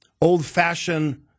old-fashioned